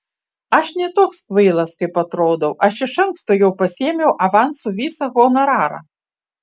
aš ne toks kvailas kaip atrodau aš iš anksto jau pasiėmiau avansu visą honorarą